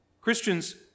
Christians